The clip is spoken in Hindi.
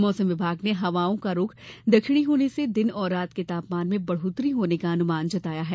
मौसम विभाग ने हवाओं रूख दक्षिणी होने से दिन और रात के तापमान में बढोत्तरी होने का अनुमान जताया है